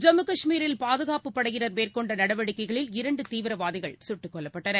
ஜம்மு காஷ்மீரில் பாதுகாப்புப் படையினர் மேற்கொண்ட நடவடிக்கைகளில் இரண்டு தீவிரவாதிகள் சுட்டுக் கொல்லப்பட்டனர்